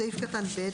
בסעיף קטן (ב),